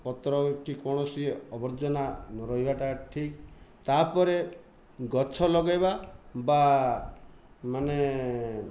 ପତ୍ର କି କୌଣସି ଆବର୍ଜନା ନ ରହିବାଟା ଠିକ୍ ତା'ପରେ ଗଛ ଲଗାଇବା ବା ମାନେ